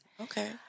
Okay